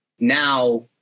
Now